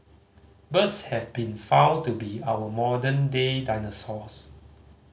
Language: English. birds have been found to be our modern day dinosaurs